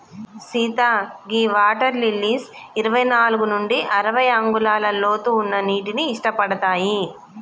సీత గీ water lilies ఇరవై నాలుగు నుండి అరవై అంగుళాల లోతు ఉన్న నీటిని ఇట్టపడతాయి